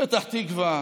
פתח תקווה,